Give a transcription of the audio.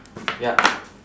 ya